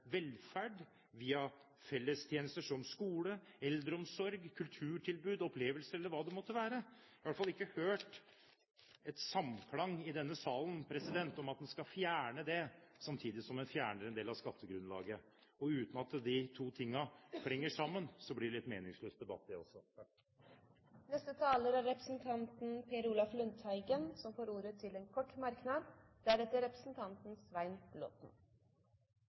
velferd via fellestjenester som skole, eldreomsorg, kulturtilbud, opplevelse eller hva det måtte være. Jeg har i hvert fall ikke hørt noe samklang i denne salen om at en skal fjerne det, samtidig som en fjerner en del av skattegrunnlaget. Og uten at de to tingene klinger sammen, blir det en litt meningsløs debatt det også. Per Olaf Lundteigen har hatt ordet to ganger og får ordet til en kort merknad,